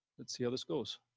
let's see how this goes.